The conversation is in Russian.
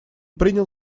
принял